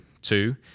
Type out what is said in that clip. two